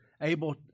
able